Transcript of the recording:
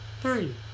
three